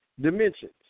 dimensions